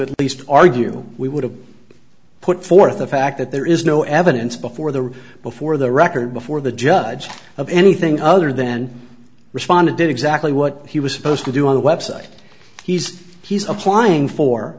at least argue we would have put forth the fact that there is no evidence before the before the record before the judge of anything other then responded did exactly what he was supposed to do on the website he's he's applying for